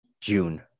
june